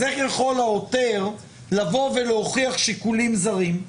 אז איך יכול העותר לבוא ולהוכיח שיקולים זרים?